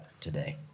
today